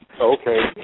Okay